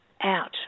out